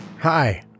Hi